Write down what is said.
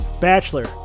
Bachelor